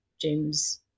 James